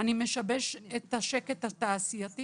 אני משבש את השקט התעשייתי,